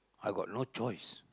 I got no choice